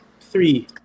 three